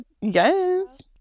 Yes